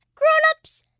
grown-ups,